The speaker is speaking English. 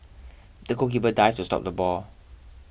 the goalkeeper dived to stop the ball